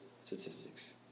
statistics